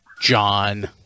John